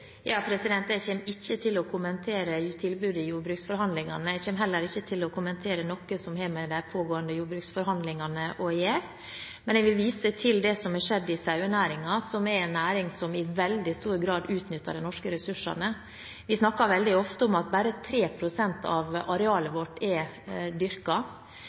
Jeg kommer ikke til å kommentere tilbudet i jordbruksforhandlingene. Jeg kommer heller ikke til å kommentere noe som har med de pågående jordbruksforhandlingene å gjøre. Men jeg vil vise til det som har skjedd i sauenæringen, som er en næring som i veldig stor grad utnytter de norske ressursene. Vi snakker veldig ofte om at bare 3 pst. av arealet vårt er